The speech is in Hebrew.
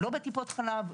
לא בטיפות חלב,